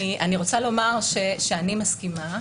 אני רוצה לומר שאני מסכימה.